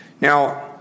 Now